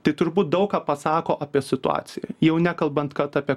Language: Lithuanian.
tai turbūt daug ką pasako apie situaciją jau nekalbant kad apie